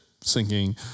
sinking